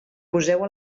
poseu